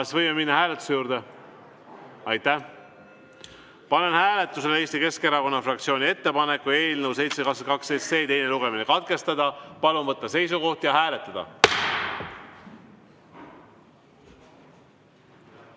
Kas võime minna hääletuse juurde? Panen hääletusele Eesti Keskerakonna fraktsiooni ettepaneku eelnõu 722 teine lugemine katkestada. Palun võtta seisukoht ja hääletada!